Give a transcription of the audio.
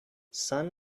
sun